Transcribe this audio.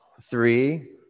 Three